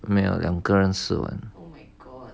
没有两个人四碗